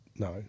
No